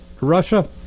Russia